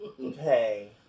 Okay